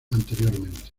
anteriormente